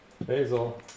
Basil